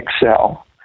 excel